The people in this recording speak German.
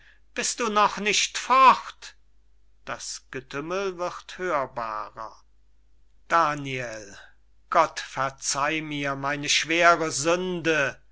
bist du noch nicht fort das getümmel wird hörbarer daniel gott verzeih mir meine schwere sünde